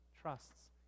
trusts